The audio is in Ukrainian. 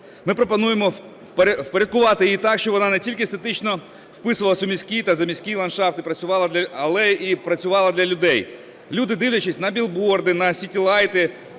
Ми пропонуємо впорядкувати її так, щоб вона не тільки естетично вписувалась в міський та заміський ландшафти, але і працювала для людей. Люди, дивлячись на білборди, на сітілайти,